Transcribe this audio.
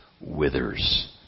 withers